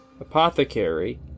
apothecary